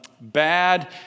bad